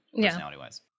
Personality-wise